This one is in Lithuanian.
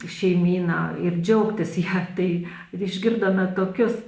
šeimyną ir džiaugtis ja tai išgirdome tokius